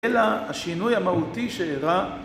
אלא השינוי המהותי שאירע